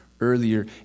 earlier